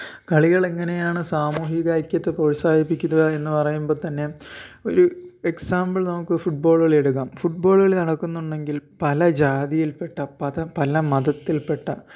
കളികൾ എങ്ങനെയാണ് സാമൂഹിക ഐക്യത്തെ പ്രോത്സാഹിപ്പിക്കുക എന്ന് പറയുമ്പോൾ തന്നെ ഒരു എക്സാമ്പിള് നമുക്ക് ഫുട്ബോള് കളി എടുക്കാം ഫുട്ബോളുകളി നടക്കുന്നുണ്ടെങ്കില് പല ജാതിയില്പ്പെട്ട പത പല മതത്തില്പ്പെട്ട